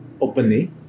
openly